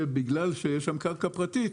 שבגלל שיש שם קרקע פרטית,